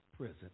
prison